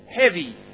heavy